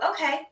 okay